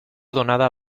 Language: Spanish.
donada